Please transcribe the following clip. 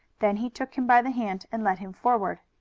then he took him by the hand and led him forward.